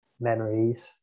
memories